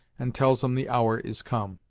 and tells em the hour is come!